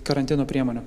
karantino priemonių